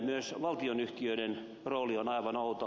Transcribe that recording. myös valtionyhtiöiden rooli on aivan outo